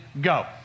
go